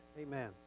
Amen